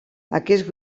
aquest